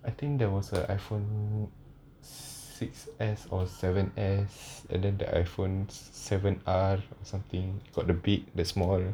I think there was a iphone six S or seven S and then the iphone seven R or something got the big the small